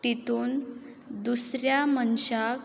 तितून दुसऱ्या मनशाक